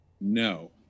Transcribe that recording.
no